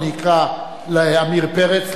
אני אקרא לעמיר פרץ,